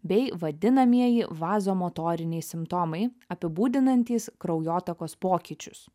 bei vadinamieji vazomotoriniai simptomai apibūdinantys kraujotakos pokyčius